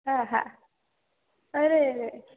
હા હા અરેરે